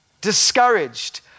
discouraged